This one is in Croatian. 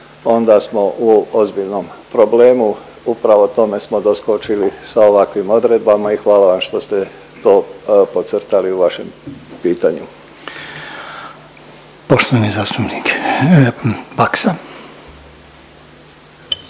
onda su ozbiljnom problemu, upravo tome smo doskočili sa ovakvim odredbama i hvala vam što ste to podcrtali u vašem pitanju. **Reiner,